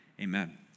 Amen